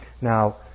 Now